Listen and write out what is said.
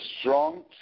strong